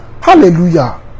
Hallelujah